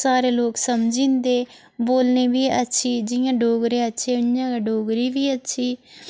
सारे लोक समझी जंदे बोलने बी अच्छी जियां डोगरे अच्छे उयां गै डोगरी बी अच्छी